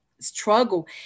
struggle